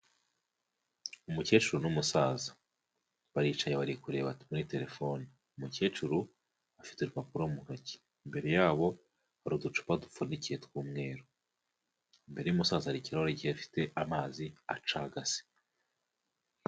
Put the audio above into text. UUmukecuru n'umusaza baricaye bari kurebana kuri telefone, umukecuru afite urupapuro mu ntoki, imbere yabo hari uducupa dupfundikiye tw'umweruru, imbere y'umusaza hari ikirahuri kiyafite amazi acagase.